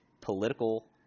political